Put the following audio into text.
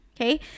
Okay